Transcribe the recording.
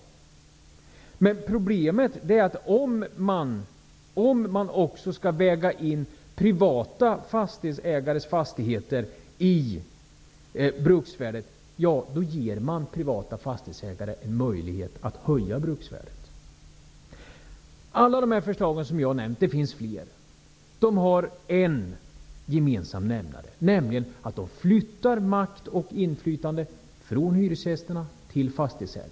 Problemet är att om man också skall väga in privata fastighetsägares fastigheter i bruksvärdet ger man privata fastighetsägare en möjlighet att höja bruksvärdet. Alla de förslag som jag har nämnt -- det finns fler -- har en gemensam nämnare, nämligen att de flyttar makt och inflytande från hyresgästerna till fastighetsägarna.